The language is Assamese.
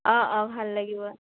অঁ অঁ ভাল লাগিব